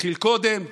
התחיל קודם,